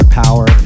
power